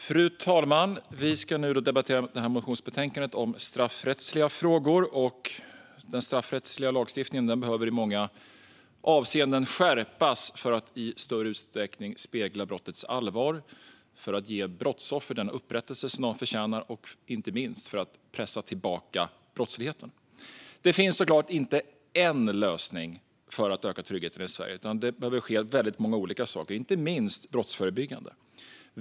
Fru talman! Vi ska nu debattera motionsbetänkandet om straffrättsliga frågor. Den straffrättsliga lagstiftningen behöver i många avseenden skärpas för att i större utsträckning spegla brottets allvar, för att ge brottsoffer den upprättelse de förtjänar och, inte minst, för att pressa tillbaka brottsligheten. Det finns självfallet inte en lösning för att öka tryggheten i Sverige, utan det behöver ske väldigt många olika saker, inte minst brottsförebyggande.